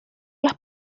las